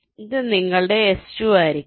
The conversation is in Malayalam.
ഇത് നിങ്ങളുടെ S2 ആയിരിക്കും